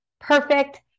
Perfect